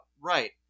Right